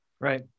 Right